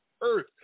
earth